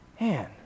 man